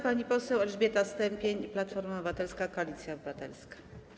Pani poseł Elżbieta Stępień, Platforma Obywatelska - Koalicja Obywatelska.